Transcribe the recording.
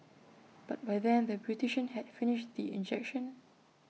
but by then the beautician had finished the injection